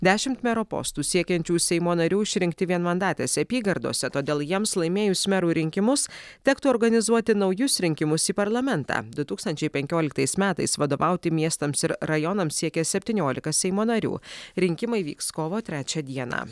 dešimt mero postų siekiančių seimo narių išrinkti vienmandatėse apygardose todėl jiems laimėjus merų rinkimus tektų organizuoti naujus rinkimus į parlamentą du tūkstančiai penkioliktais metais vadovauti miestams ir rajonams siekia septyniolika seimo narių rinkimai vyks kovo trečią dieną